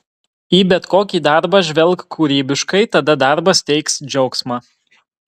į bet kokį darbą žvelk kūrybiškai tada darbas teiks džiaugsmą